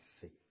faith